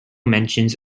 mentions